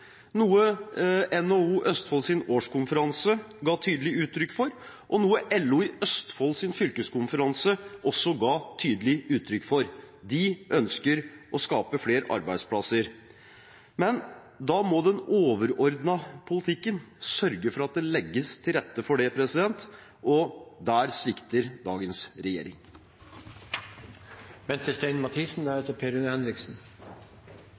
noe NHO Østfolds årskonferanse ga tydelig uttrykk for, og noe LO i Østfolds fylkeskonferanse også ga tydelig uttrykk for. De ønsker å skape flere arbeidsplasser. Men da må den overordnete politikken sørge for at det legges til rette for det, og der svikter dagens regjering.